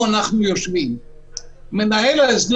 אנחנו שמים בעל תפקיד שמלווה.